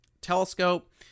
telescope